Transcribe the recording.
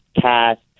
cast